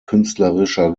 künstlerischer